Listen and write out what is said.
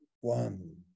one